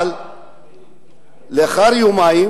אבל לאחר יומיים